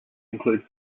include